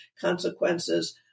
consequences